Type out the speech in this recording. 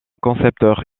concepteur